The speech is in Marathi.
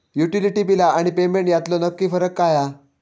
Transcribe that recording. युटिलिटी बिला आणि पेमेंट यातलो नक्की फरक काय हा?